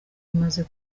bimaze